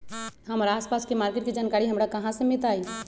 हमर आसपास के मार्किट के जानकारी हमरा कहाँ से मिताई?